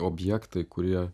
objektai kurie